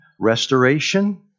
restoration